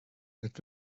that